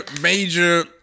major